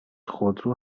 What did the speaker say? خودرو